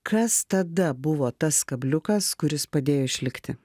kas tada buvo tas kabliukas kuris padėjo išlikti